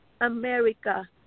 America